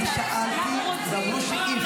כל מי שלובש חולצות,